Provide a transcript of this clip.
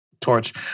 Torch